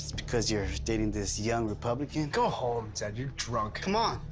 because you're dating this young republican? go home, zed. you're drunk. come on,